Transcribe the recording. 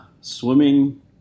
Swimming